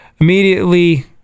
immediately